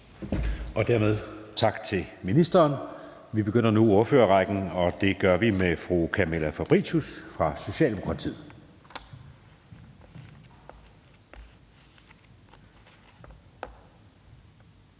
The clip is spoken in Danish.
Dermed tak til ministeren. Vi begynder nu på ordførerrækken, og det gør vi med fru Camilla Fabricius fra Socialdemokratiet.